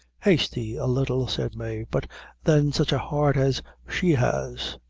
hasty a little, said mave but then such a heart as she has.